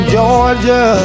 Georgia